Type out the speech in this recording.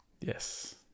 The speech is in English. Yes